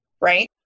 right